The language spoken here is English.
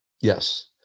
Yes